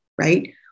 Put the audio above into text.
right